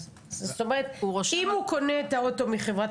זאת אומרת שאם הוא קונה את האוטו מחברת